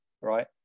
right